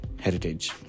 heritage